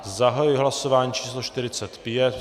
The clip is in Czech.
Zahajuji hlasování číslo 45.